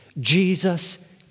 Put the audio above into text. Jesus